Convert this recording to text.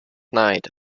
night